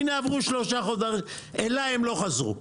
הינה עברו שלושה חודשים, אליי הם לא חזרו.